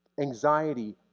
anxiety